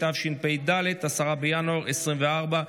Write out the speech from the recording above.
התשפ"ג 2023,